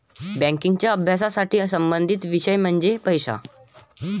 बँकिंगच्या अभ्यासाशी संबंधित विषय म्हणजे पैसा